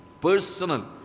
personal